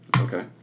Okay